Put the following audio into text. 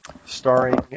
starring